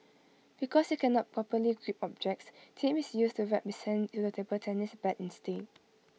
because he cannot properly grip objects tape is used to wrap to the table tennis bat instead